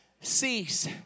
cease